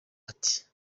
ati